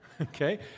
okay